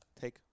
take